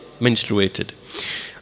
menstruated